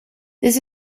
this